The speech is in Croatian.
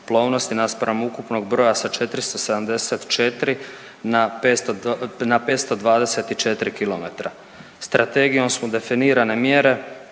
naspram ukupnog broja sa 474 na 524 kilometra. Strategijom su definirane mjere